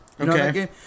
Okay